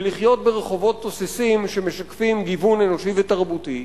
ולחיות ברחובות תוססים שמשקפים גיוון אנושי ותרבותי,